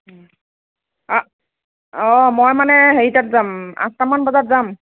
অঁ মই মানে হেৰিটাত যাম আঠটামান বজাত যাম